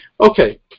okay